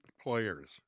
players